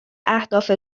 اهداف